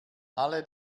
alle